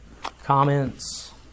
comments